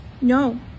No